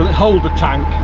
hold the tank.